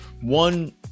one